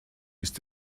ist